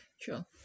sure